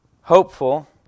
hopeful